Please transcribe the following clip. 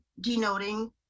denoting